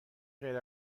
غیر